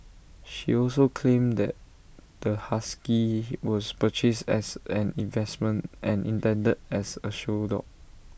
she also claimed that the husky he was purchased as an investment and intended as A show dog